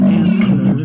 answer